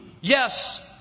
Yes